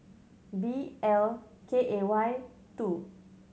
B L K A Y two